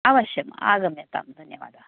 अवश्यम् आगम्यतां धन्यवादः